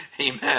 Amen